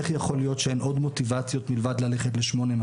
איך יכול להיות שאין עוד מוטיבציות מלבד ללכת ל-8200?